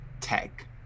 tech